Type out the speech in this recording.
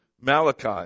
Malachi